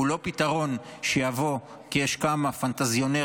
הוא לא פתרון שיבוא כי יש כמה פנטזיונרים